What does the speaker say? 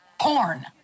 Porn